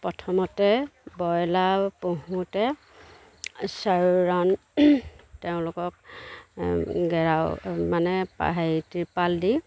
প্ৰথমতে ব্ৰইলাৰ পুহোঁতে চাৰিও ৰাউন তেওঁলোকক গেৰাও মানে প হেৰি ত্ৰিপাল দি